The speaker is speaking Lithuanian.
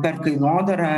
per kainodarą